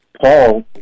Paul